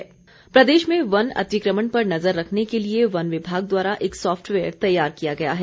software प्रदेश में वन अतिकमण पर नजर रखने के लिए वन विभाग द्वारा एक सॉफ्टवेयर तैयार किया गया है